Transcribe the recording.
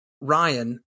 Ryan